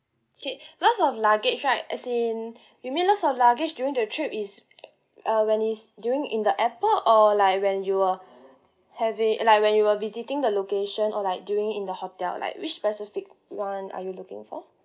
okay lost of luggage right as in you mean lost of luggage during the trip is uh when is during in the airport or like when you are have it like when you were visiting the location or like during in the hotel like which specific one are you looking for